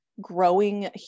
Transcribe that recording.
growing